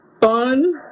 fun